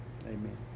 amen